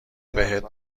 بهت